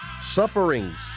sufferings